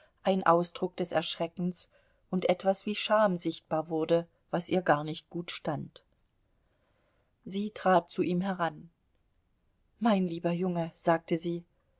ein ausdruck des erschreckens und etwas wie scham sichtbar wurde was ihr gar nicht gut stand sie trat zu ihm heran mein lieber junge sagte sie